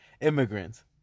immigrants